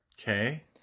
Okay